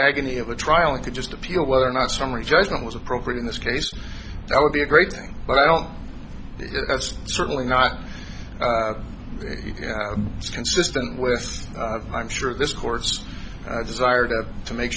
agony of a trial like that just appeal whether or not summary judgment was appropriate in this case that would be a great thing but i don't that's certainly not consistent with i'm sure this court's desire to to make